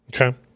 Okay